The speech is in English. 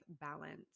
balance